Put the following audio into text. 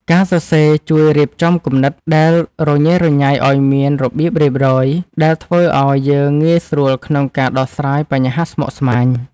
ការសរសេរជួយរៀបចំគំនិតដែលរញ៉េរញ៉ៃឱ្យមានរបៀបរៀបរយ ដែលធ្វើឱ្យយើងងាយស្រួលក្នុងការដោះស្រាយបញ្ហាស្មុគស្មាញ។